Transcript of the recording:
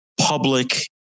public